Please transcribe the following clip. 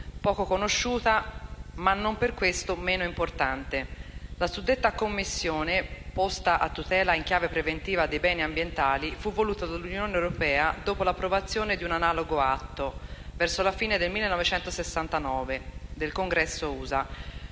poco conosciuta, ma non per questo meno importante. La suddetta Commissione, posta a tutela, in chiave preventiva, dei beni ambientali fu voluta dall'Unione europea dopo l'approvazione di un analogo atto, verso la fine del 1969, dal Congresso